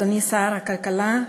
אדוני שר הכלכלה,